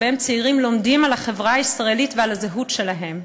שבהן צעירים לומדים על החברה הישראלית ועל הזהות שלהם,